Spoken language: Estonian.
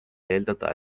eeldada